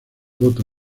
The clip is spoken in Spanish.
voto